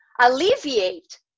alleviate